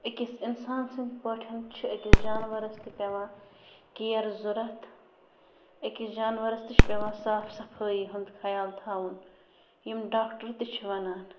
أکِس اِنسان سٕنٛدۍ پٲٹھۍ چھِ أکِس جانوَرَس تہِ پٮ۪وان کِیَر ضوٚرَتھ أکِس جانوَرَس تہِ چھِ پٮ۪وان صاف صفٲیی ہُنٛد خیال تھاوُن یِم ڈاکٹر تہِ چھِ وَنان